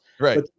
right